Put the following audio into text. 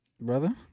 Brother